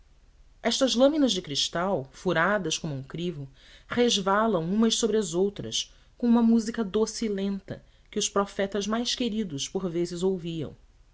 estas lâminas de cristal furadas como um crivo resvalam umas sobre as outras com uma música doce e lenta que os profetas mais queridos por vezes ouviam